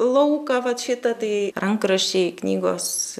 lauką vat šitą tai rankraščiai knygos